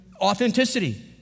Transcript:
authenticity